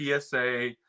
PSA